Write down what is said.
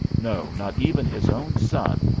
no, not even his own son,